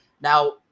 Now